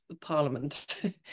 parliament